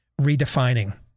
redefining